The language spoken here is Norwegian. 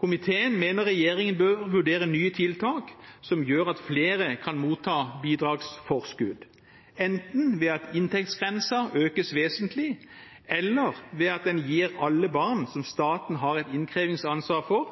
Komiteen mener regjeringen bør vurdere nye tiltak som gjør at flere kan motta bidragsforskudd, enten ved at inntektsgrensen økes vesentlig, eller ved at en gir alle barn staten har et innkrevingsansvar for,